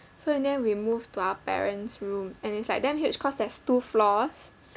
so and then we moved to our parents' room and it's like damn huge cause there's two floors